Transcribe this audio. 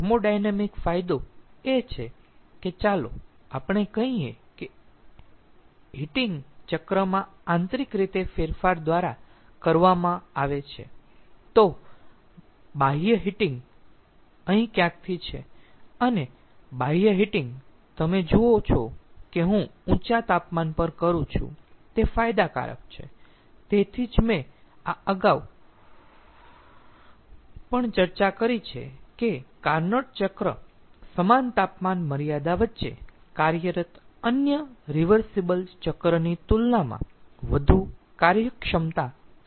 thermodynamic ફાયદો એ છે કે ચાલો આપણે કહીએ કે હીટિંગ ચક્રમાં આંતરિક રીતે ફેરફાર દ્વારા કરવામાં આવે છે તો બાહ્ય હીટિંગ અહીં ક્યાંકથી છે અને બાહ્ય હીટિંગ તમે જુઓ છો કે હું ઊંચા તાપમાન પર કરું છું તે ફાયદાકારક છે તેથી જ મેં આ અંગે અગાઉ પણ ચર્ચા કરી છે કે કાર્નોટ ચક્ર સમાન તાપમાન મર્યાદા વચ્ચે કાર્યરત અન્ય રીવર્સીબલ ચક્રની તુલનામાં વધુ કાર્યક્ષમતા ધરાવે છે